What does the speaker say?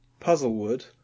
Puzzlewood